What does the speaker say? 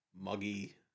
muggy